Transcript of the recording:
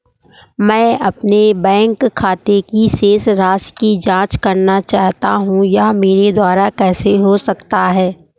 मैं अपने बैंक खाते की शेष राशि की जाँच करना चाहता हूँ यह मेरे द्वारा कैसे हो सकता है?